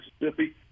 Mississippi